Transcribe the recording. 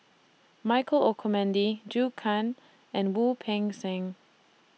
Michael Olcomendy Zhou Can and Wu Peng Seng